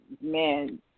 man